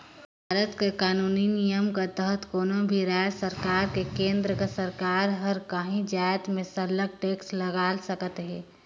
भारत कर कानूनी नियम कर तहत कोनो भी राएज सरकार अउ केन्द्र कर सरकार हर काहीं जाएत में सरलग टेक्स लगाए सकत अहे